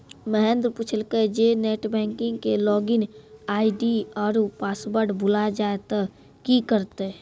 महेन्द्र पुछलकै जे net banking के लागिन आई.डी आरु पासवर्ड भुलाय जाय त कि करतै?